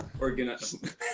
Organized